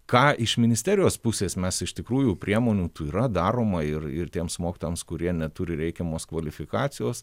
ką iš ministerijos pusės mes iš tikrųjų priemonių tų yra daroma ir ir tiems mokytojams kurie neturi reikiamos kvalifikacijos